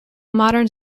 modern